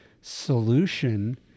solution